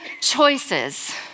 choices